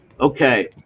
Okay